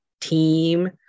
team